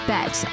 Bet